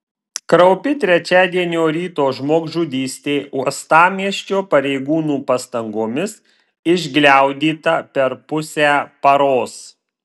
kraupi trečiadienio ryto žmogžudystė uostamiesčio pareigūnų pastangomis išgliaudyta per pusę paros